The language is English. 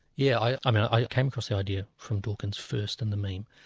yeah i i came across the idea from dawkins' first and the meme.